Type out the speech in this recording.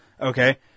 Okay